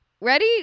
ready